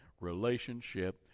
relationship